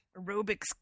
aerobics